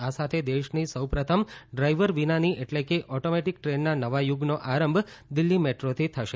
આ સાથે દેશની સૌપ્રથમ ડ્રાઈવર વિનાની એટલે કે એટોમેટિક દ્રેનના નવા યુગનો આરંભ દિલ્ફી મેદ્રોથી થશે